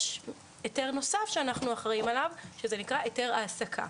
יש היתר נוסף שאנחנו אחראים עליו שזה נקרא היתר העסקה.